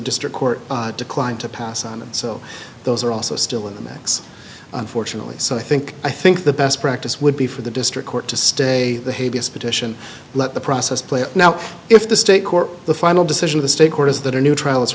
district court declined to pass on and so those are also still in the mix unfortunately so i think i think the best practice would be for the district court to stay the heaviest petition let the process play out now if the state court the final decision of the state court is that a new trial